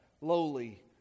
lowly